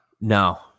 No